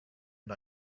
and